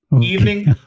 Evening